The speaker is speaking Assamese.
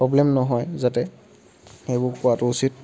প্ৰব্লেম নহয় যাতে সেইবোৰ কৰাটো উচিত